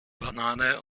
banane